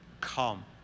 Come